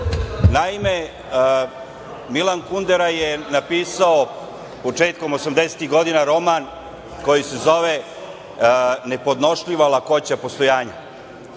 znate. Naime, Milan Kundera je napisao, početkom 80-ih godina, roman koji se zove „Nepodnošljiva lakoća postojanja“